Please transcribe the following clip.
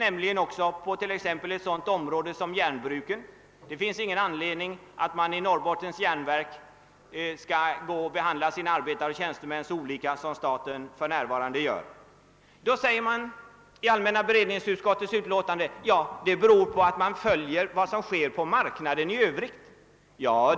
Jag tänker exempelvis på järnbruken — det finns ingen anledning att Norrbottens järnverk skall behandla sina arbetare och tjänstemän så olika som för närvarande sker. Allmänna beredningsutskottet säger i sitt utlåtande att det beror på att man följer vad som sker på arbetsmarknaden i övrigt.